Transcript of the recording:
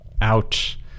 ouch